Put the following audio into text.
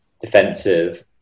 defensive